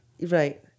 Right